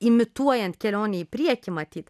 imituojant kelionę į priekį matyt